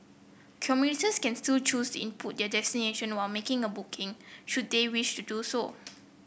commuters can still choose input their destination while making a booking should they wish to do so